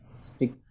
stick